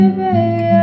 baby